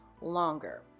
longer